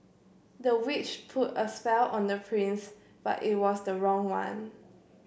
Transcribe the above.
the witch put a spell on the prince but it was the wrong one